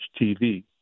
TV